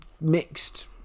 mixed